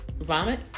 Vomit